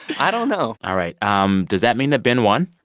i don't know all right. um does that mean that ben won?